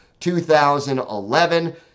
2011